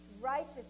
righteous